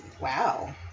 wow